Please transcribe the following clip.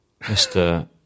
Mr